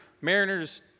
mariners